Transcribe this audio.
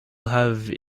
have